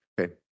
Okay